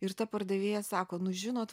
ir ta pardavėja sako nu žinot